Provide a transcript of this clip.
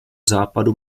západu